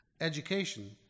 Education